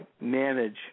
manage